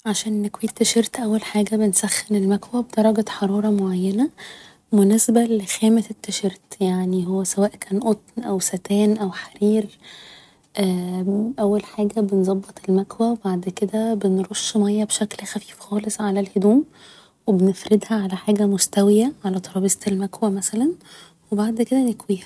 عشان نكوي التيشيرت اول حاجة بنسخن المكواه بدرجة حرارة معينة مناسبة لخامة التيشيرت يعني هو سواء كان قطن او ستان او حرير اول حاجة بنظبط المكواه و بعد كده بنرش مياه بشكل خفيف خالص على الهدوم و بنفردها على حاجة مستوية على ترابيزة المكواه مثلا و بعد كده نكويها